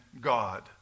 god